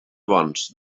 bons